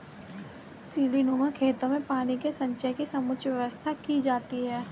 सीढ़ीनुमा खेतों में पानी के संचय की समुचित व्यवस्था की जाती है